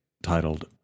titled